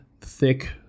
thick